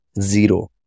zero